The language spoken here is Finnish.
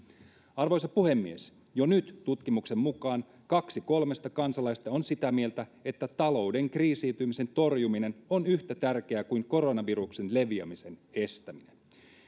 arvoisa puhemies jo nyt tutkimuksen mukaan kaksi kolmesta kansalaisesta on sitä mieltä että talouden kriisiytymisen torjuminen on yhtä tärkeää kuin koronaviruksen leviämisen estäminen